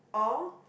or